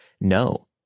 no